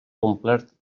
complert